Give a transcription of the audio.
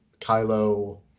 kylo